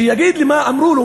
ושיגיד לי מה אמרו לו,